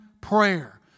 prayer